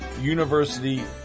University